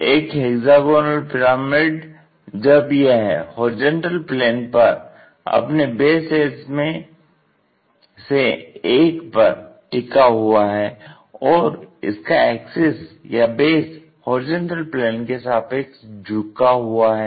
एक hexagonal pyramid जब यह HP पर अपने बेस एज में से एक पर टिका हुआ है और इसका एक्सिस या बेस HP के सापेक्ष झुका हुआ है